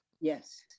Yes